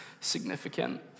significant